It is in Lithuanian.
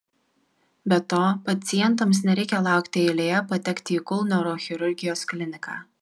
be to pacientams nereikia laukti eilėje patekti į kul neurochirurgijos kliniką